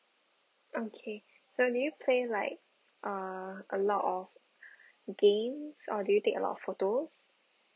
okay so do you play like uh a lot of games or do you take a lot of photos